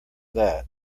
that